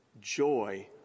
joy